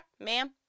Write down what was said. ma'am